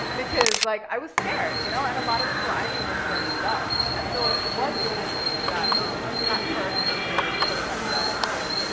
because, like, i was scared, you know? and a lot of people i knew were scared as well, and so it was really interesting that um that first major protest at ah jfk, the,